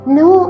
no